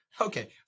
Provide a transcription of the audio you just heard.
Okay